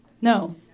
No